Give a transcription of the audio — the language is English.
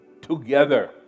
together